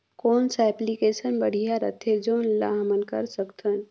कौन सा एप्लिकेशन बढ़िया रथे जोन ल हमन कर सकथन?